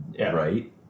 right